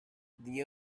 the